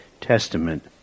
testament